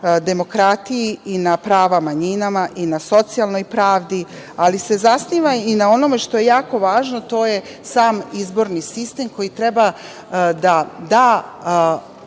demokratiji i na pravima manjina i na socijalnoj pravdi, ali se zasniva i na onome što je jako važno, a to je sam izborni sistem, koji treba da da